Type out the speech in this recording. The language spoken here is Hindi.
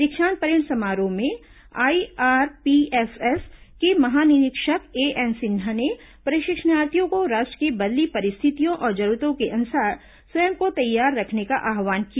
दीक्षांत परेड समारोह में आईआरपीएफएस के महानिरीक्षक एएन सिन्हा ने प्रशिक्षणार्थियों को राष्ट्र की बदली परिस्थितियों और जरूरतों के अनुसार स्वयं को तैयार रखने का आव्हान किया